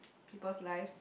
people's lives